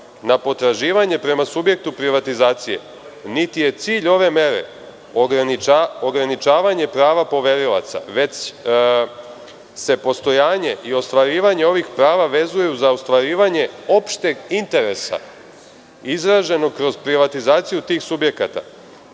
na potraživanje prema subjektu privatizacije, niti je cilj ove mere ograničavanje prava poverilaca, već se postojanje i ostvarivanje ovih prava vezuju za ostvarivanje opšteg interesa izraženog kroz privatizaciju tih subjekata.